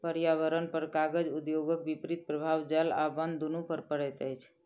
पर्यावरणपर कागज उद्योगक विपरीत प्रभाव जल आ बन दुनू पर पड़ैत अछि